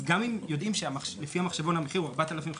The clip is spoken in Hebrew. גם אם לפי המחשבון המחיר הוא 4,500,